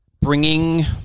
bringing